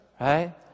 right